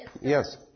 Yes